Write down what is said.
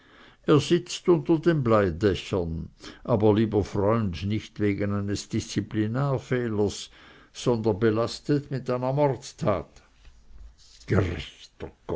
er sitzt unter den bleidächern aber lieber freund nicht wegen eines disziplinarfehlers sondern belastet mit einer mordtat gerechter